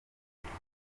ikipe